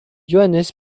johannes